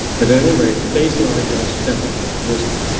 but anyway, the baseline has definitely risen.